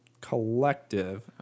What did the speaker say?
collective